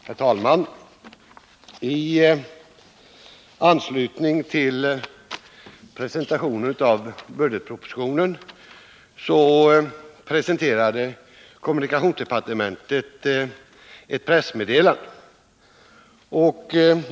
Herr talman! I anslutning till presentationen av budgetpropositionen utfärdade kommunikationsdepartementet ett pressmeddelande.